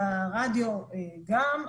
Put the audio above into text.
ברדיו גם,